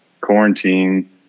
quarantine